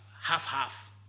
half-half